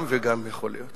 גם וגם, יכול להיות.